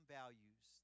values